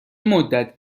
مدت